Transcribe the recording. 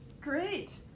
Great